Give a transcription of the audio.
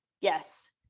yes